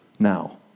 now